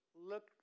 look